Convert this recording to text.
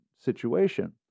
situation